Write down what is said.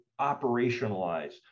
operationalize